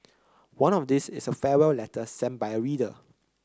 one of these is a farewell letter sent by a reader